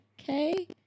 okay